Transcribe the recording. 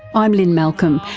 i'm lynne malcolm.